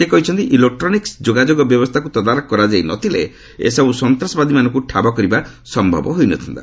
ସେ କହିଛନ୍ତି ଇଲେକ୍ରୋନିକ୍ ଯୋଗାଯୋଗ ବ୍ୟବସ୍ଥାକୁ ତଦାରଖ କରାଯାଇନଥିଲେ ଏସବୁ ସନ୍ତ୍ରସବାଦୀମାନଙ୍କୁ ଠାବ କରିବା ସମ୍ଭବ ହୋଇନଥାନ୍ତା